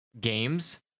games